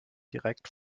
direkt